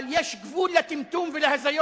אבל, יש גבול לטמטום ולהזיות,